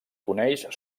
coneix